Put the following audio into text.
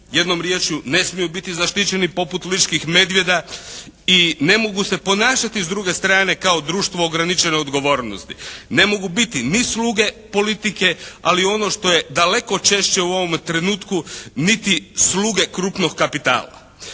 jednom riječju ne smiju biti zaštićeni poput ličkih medvjeda i ne mogu se ponašati s druge strane kao društvo ograničene odgovornosti. Ne mogu biti ni sluge politike ali ono što je daleko češće u ovom trenutku niti sluge krupnog kapitala.